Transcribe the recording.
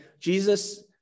Jesus